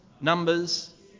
Numbers